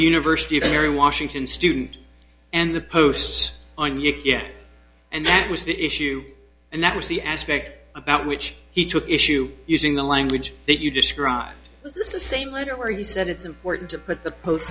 university very washington student and the posts on you yet and that was the issue and that was the aspect about which he took issue using the language that you describe this is the same letter where you said it's important to put the post